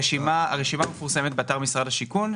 הרשימה מפורסמת באתר משרד השיכון,